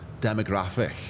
demographic